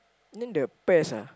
then the pears ah